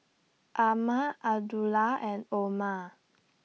Ahmad Abdullah and Omar